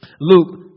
Luke